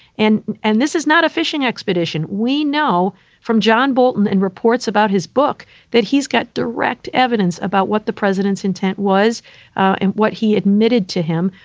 and and this is not a fishing expedition. we know from john bolton and reports about his book that he's got direct evidence about what the president's intent was and what he admitted to him.